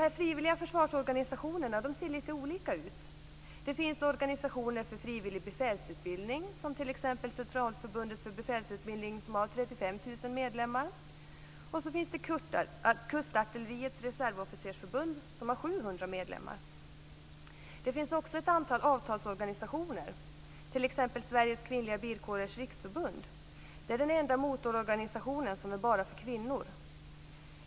De frivilliga försvarsorganisationerna ser lite olika ut. Det finns organisationer för frivillig befälsutbildning, som t.ex. Centralförbundet för befälsutbildning, som har 35 000 medlemmar, och Kustartilleriets reservofficersförbund, som har 700 medlemmar. Det finns också att antal avtalsorganisationer, t.ex. Sveriges Kvinnliga Bilkårers Riksförbund. Det är den enda motororganisationen som är bara för kvinnor.